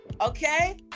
Okay